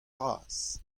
bras